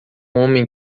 homem